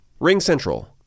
RingCentral